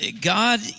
God